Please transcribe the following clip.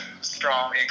strong